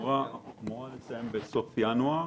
היא אמורה לסיים בסוף ינואר.